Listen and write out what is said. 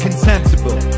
Contemptible